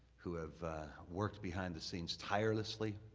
who have worked behind the scenes tirelessly.